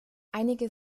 einige